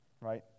Right